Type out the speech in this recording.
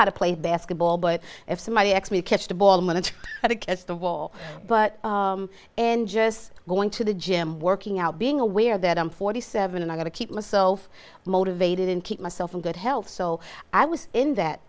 how to play basketball but if somebody asks me catch the ball monitor i think as the wall but and just going to the gym working out being aware that i'm forty seven and i got to keep myself motivated and keep myself in good health so i was in that